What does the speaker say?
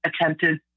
attempted